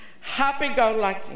happy-go-lucky